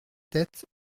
tête